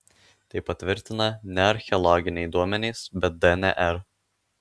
tai patvirtina ne archeologiniai duomenys bet dnr